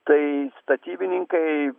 tai statybininkai